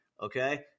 Okay